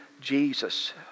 Jesus